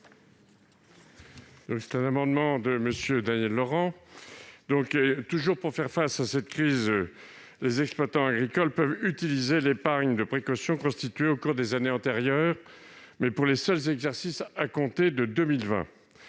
l'amendement n° I-75 rectifié. Pour faire face à la crise, les exploitants agricoles peuvent utiliser l'épargne de précaution constituée au cours des années antérieures, mais pour les seuls exercices clos à compter de 2020.